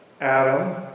Adam